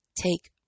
take